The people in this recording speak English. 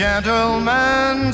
Gentlemen